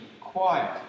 quiet